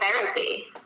therapy